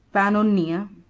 pannonia,